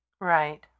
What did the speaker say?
Right